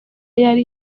yari